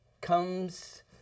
comes